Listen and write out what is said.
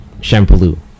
shampoo